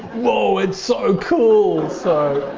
whoa. it's so cool.